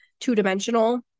two-dimensional